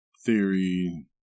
theory